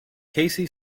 casey